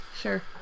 Sure